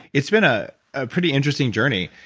it's been ah a pretty interesting journey.